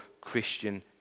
Christian